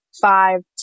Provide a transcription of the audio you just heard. five